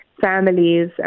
families